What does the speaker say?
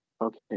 Okay